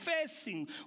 facing